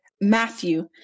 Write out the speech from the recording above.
Matthew